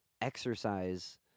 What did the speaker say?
exercise